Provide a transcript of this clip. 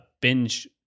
binge